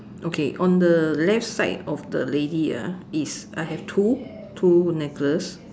okay on the left side of the lady ah is I have two two necklace